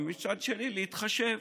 ומצד שני להתחשב